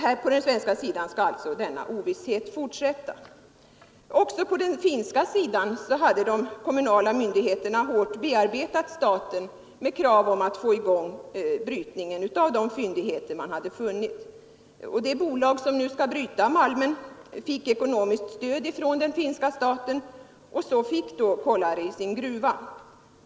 Här på den svenska sidan skall alltså ovissheten fortsätta. Också på den finska sidan hade de kommunala myndigheterna hårt bearbetat staten för att få i gång brytning av fyndigheterna. Det bolag som nu skall bryta malmen fick ekonomiskt stöd från den finska staten, och så fick då Kolari sin gruva.